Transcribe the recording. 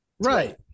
right